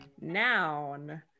noun